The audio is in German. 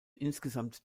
insgesamt